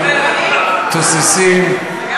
תוססים,